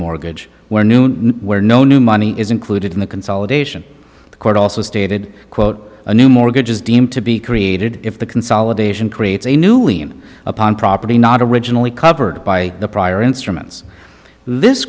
mortgage where noon where no new money is included in the consolidation the court also stated quote a new mortgage is deemed to be created if the consolidation creates a new lean upon property not originally covered by the prior instruments this